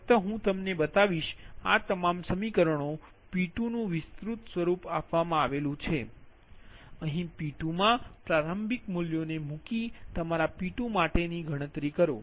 ફક્ત હું તમને બતાવીશ આ તમામ સમીકરણો P2નુ વિસ્તૃત સ્વરૂપ આપવામાં આવ્યુ છે અહીં P2 માં પ્રારંભિક મૂલ્યોને મૂકી તમારા P2માટેની ગણતરી કરો